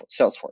Salesforce